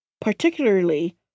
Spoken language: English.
particularly